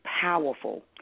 powerful